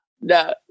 no